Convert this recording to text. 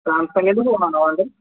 സാംസങ്ങിൻ്റെ ഫോണാണോ വേണ്ടത്